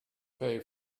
pay